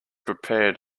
prepared